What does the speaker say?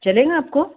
चलेगा आपको